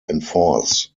enforce